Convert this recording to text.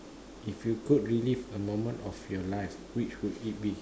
if you could relive a moment of your life which would it be